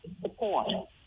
support